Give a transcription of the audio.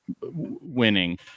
winning